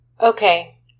Okay